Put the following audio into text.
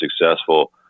successful